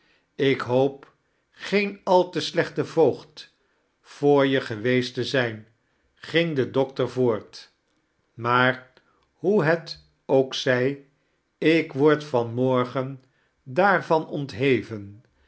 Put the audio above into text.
ik hoop geen al te slechte voogd voor je geweest te zijn ging de doctor voort maa r hoe het ook zij ik word van morgen daarvan ontheven